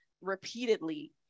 repeatedly